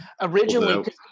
Originally